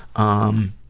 um,